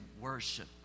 worship